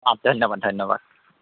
ধন্যবাদ ধন্যবাদ